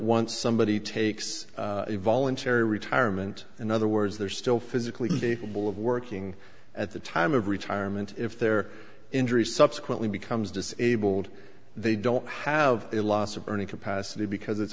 once somebody takes a voluntary retirement in other words they're still physically capable of working at the time of retirement if their injury subsequently becomes disabled they don't have a loss of earning capacity because it's